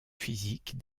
physiques